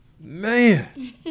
Man